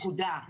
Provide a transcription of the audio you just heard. נקודה.